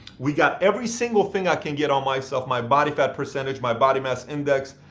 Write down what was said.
we got every single thing i can get on myself. my body fat percentage, my body mass index,